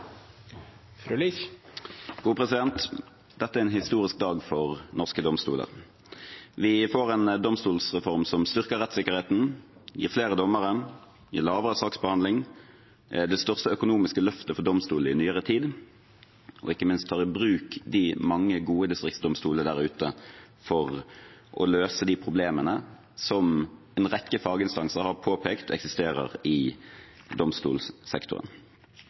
Dette er en historisk dag for norske domstoler. Vi får en domstolsreform som styrker rettssikkerheten, gir flere dommere, gir lavere saksbehandlingstid, er det største økonomiske løftet for domstolene i nyere tid og ikke minst tar i bruk de mange gode distriktsdomstolene der ute for å løse de problemene som en rekke faginstanser har påpekt eksisterer i